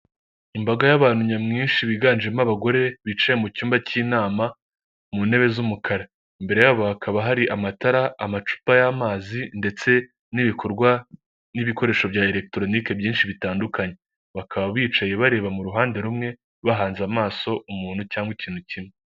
Imbaga y'abantu nyamwinshi biganjemo abagore bicaye mu cyumba k'inama mu ntebe z'umukara, imbere yabo hakaba hari amatara amacupa y'amazi ndetse n'ibikorwa n'ibikoresho bya eregitoronike byinshi bitandukanye, bakaba bicaye bareba mu ruhande rumwe bahanze amaso umuntu cyangwa ikintu kimwe.